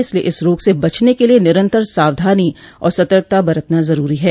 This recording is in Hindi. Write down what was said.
इसलिये इस रोग से बचने के लिये निरन्तर सावधानी और सतर्कता बरतना जरूरी है